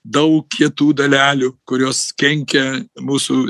daug kietų dalelių kurios kenkia mūsų